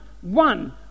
one